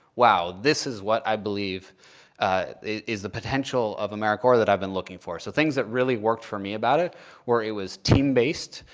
wow, this is what i believe is the potential of americorps that i've been looking for. so things that really worked for me about it were it was team based,